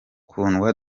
kundwa